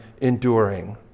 enduring